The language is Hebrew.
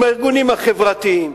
עם הארגונים החברתיים,